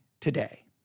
today